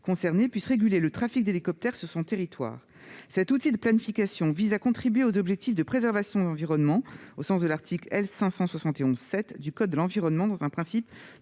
concerné puisse réguler le trafic d'hélicoptères sur son territoire. Cet outil de planification contribue aux objectifs de préservation de l'environnement, au sens de l'article L. 571-7 du code de l'environnement, en vertu du principe